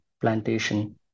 plantation